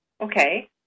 Okay